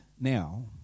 now